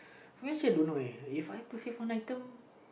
actually I don't know leh If I have to save one item